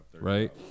Right